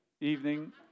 evening